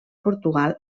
portugal